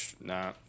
nah